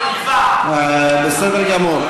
בסדר גמור.